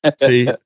See